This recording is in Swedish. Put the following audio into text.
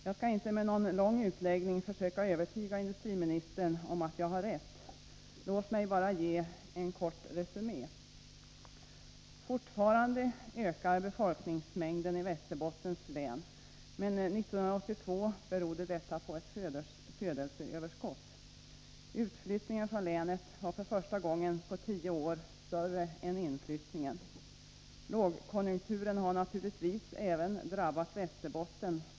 Jag skall inte med en lång utläggning försöka övertyga industriministern om att jag har rätt. Låt mig bara göra en kort resumé. Fortfarande ökar befolkningsmängden i Västerbottens län, men år 1982 berodde detta på födelseöverskott. Utflyttningen från länet var första gången på tio år större än inflyttningen. Lågkonjunkturen har naturligtvis även drabbat Västerbotten.